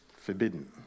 forbidden